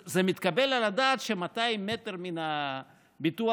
זה מתקבל על הדעת ש-200 מטר מן הביטוח